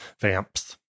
vamps